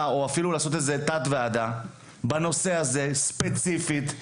או אפילו לעשות תת ועדה ספציפית לנושא הזה,